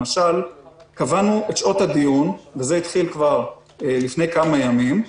למשל קבענו את שעות הדיון וזה התחיל כבר לפני כמה ימים,